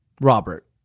Robert